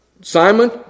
Simon